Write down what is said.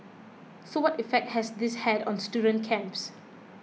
so what effect has this had on student camps